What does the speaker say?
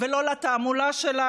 וגם הכנסת כולה,